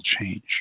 change